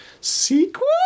sequel